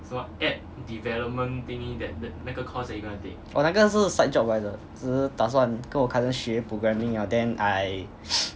orh 那个是 side job 来的只是打算跟我 cousin 学 programming liao then I